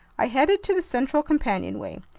i headed to the central companionway.